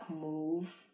move